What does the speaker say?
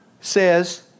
says